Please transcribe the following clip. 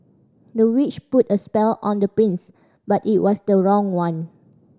the witch put a spell on the prince but it was the wrong one